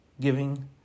giving